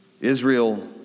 Israel